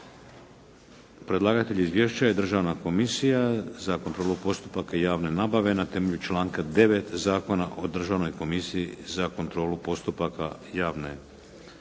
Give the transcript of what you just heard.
predlagatelj izvješćuje Državna komisija za kontrolu postupaka i javne nabave na temelju članka 9. Zakona o državnoj komisiji za kontrolu postupaka javne nabave.